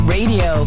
Radio